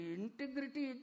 integrity